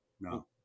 No